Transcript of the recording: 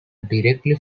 directly